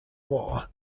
war